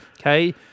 Okay